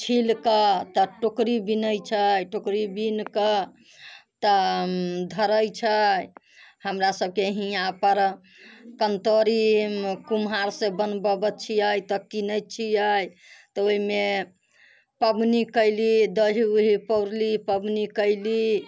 छील कऽ तऽ टोकरी बिनै छै टोकरी बिन कऽ तऽ धरै छै हमरा सबके हियाँपर कन्तरी कुम्हारसँ बनबऽबै छियै तऽ कीनै छियै तऽ ओइमे पबनी कयली दही उही पौरली पबनी कयली